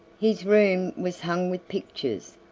his room was hung with pictures,